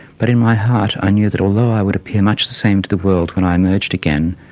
but in my heart i knew that although i would appear much the same to the world when i emerged again,